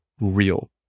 real